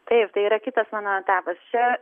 taip tai yra kitas mano etapas čia